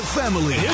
family